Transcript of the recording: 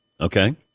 Okay